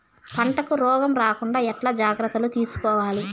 పంటకు రోగం రాకుండా ఎట్లా జాగ్రత్తలు తీసుకోవాలి?